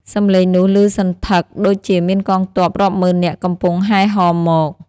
សម្លេងនោះឮសន្ធឹកដូចជាមានកងទ័ពរាប់ម៉ឺននាក់កំពុងហែហមមក។